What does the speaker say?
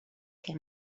que